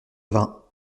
vingts